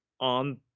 on